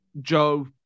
Joe